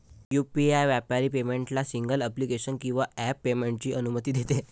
UPI व्यापारी पेमेंटला single application किंवा ॲप पेमेंटची अनुमती देते